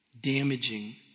damaging